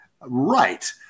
Right